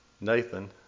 Nathan